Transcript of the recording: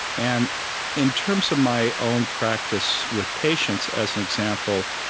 and in terms of my own practice with patients, as an example,